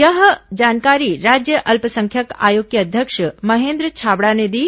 यह जानकारी राज्य अल्पसंख्यक आयोग के अध्यक्ष महेन्द्र छाबड़ा ने दी